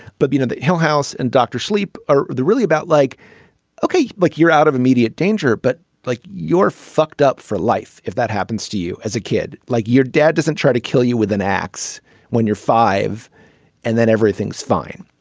but you know the whole house and doctor sleep are really about like ok like you're out of immediate danger but like you're fucked up for life if that happens to you as a kid like your dad doesn't try to kill you with an ax when you're five and then everything's fine.